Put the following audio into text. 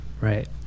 right